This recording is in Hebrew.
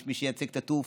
יש מי שייצג את התעופה,